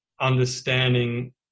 understanding